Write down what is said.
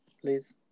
please